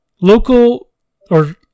Local—or